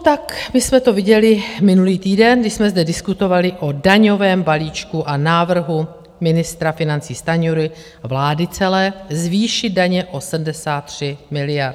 Tak jsme to viděli minulý týden, když jsme zde diskutovali o daňovém balíčku a návrhu ministra financí Stanjury a celé vlády, zvýšit daně o 73 miliard.